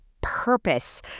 purpose